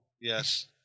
Yes